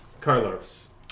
Carlos